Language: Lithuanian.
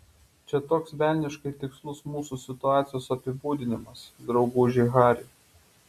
čia toks velniškai tikslus mūsų situacijos apibūdinimas drauguži hari